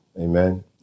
Amen